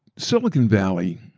silicon valley